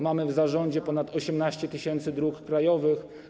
Mamy w zarządzie ponad 18 tys. dróg krajowych.